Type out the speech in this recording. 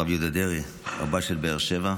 הרב יהודה דרעי, רבה של באר שבע,